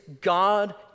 God